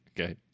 Okay